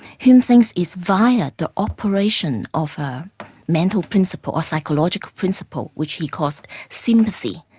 hume thinks it's via the operation of a mental principle or psychological principle, which he calls sympathy,